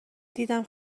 دیدم